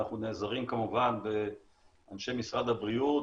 אנחנו נעזרים כמובן באנשי משרד הבריאות